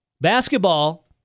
basketball